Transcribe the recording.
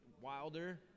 Wilder